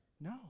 No